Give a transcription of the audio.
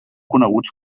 coneguts